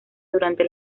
durante